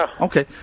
Okay